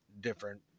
different